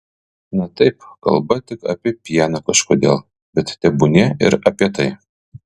na taip kalba tik apie pieną kažkodėl bet tebūnie ir apie tai